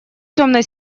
темно